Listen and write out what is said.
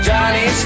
Johnny